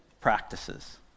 practices